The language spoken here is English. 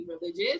religious